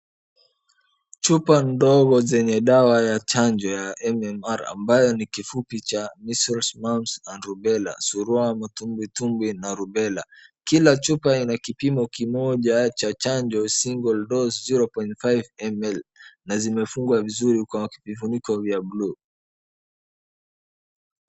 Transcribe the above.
Chupa ndogo zenye dawa ya chanjo ya M-M-R , ambayo ni kifupi cha Measles, Mumps and Rubella ; Surua, Matumbitumbi na Rubella. Kila chupa ina kipimo kimoja cha chanjo Single-dose 0.5 ml na zimefungwa vizuri kwa vifuniko vya buluu.